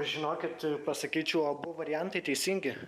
žinokit pasakyčiau abu variantai teisingi